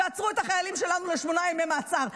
ועצרו את החיילים שלנו לשמונה ימי מעצר.